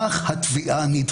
איך הפורעים האלה עדיין גרים